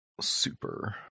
super